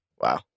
Wow